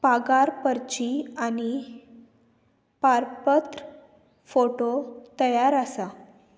पागारपर्ची आनी पारपत्र फोटो तयार आसा